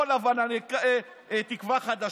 (אומר בערבית: לאחר מכן נעבוד על הטיפול בכל סעיפי החוק.)